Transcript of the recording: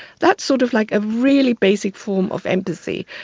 that's sort of like a really basic form of empathy.